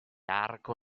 arco